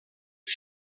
que